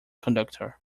conductor